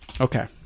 Okay